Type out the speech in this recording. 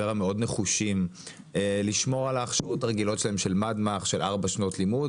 ור"ה מאוד נחושים לשמור על ההכשרות הרגילות של ארבע שנות לימוד,